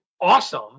awesome